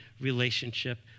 relationship